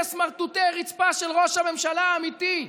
סמרטוטי רצפה של ראש הממשלה האמיתי,